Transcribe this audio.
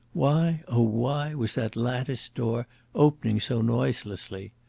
why, oh, why was that latticed door opening so noiselessly?